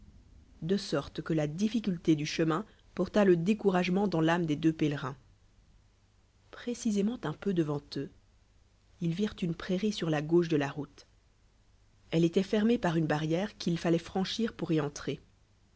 de sorte que la difficulté c lu chemin porta le découragement dans l'âme des deux pélerin pi'éclsi ment nn peu devant eux ils virent une prairie sur la gauche de la route eue étoit fermée pur une barrière qu'il falluit franchir pour y entrer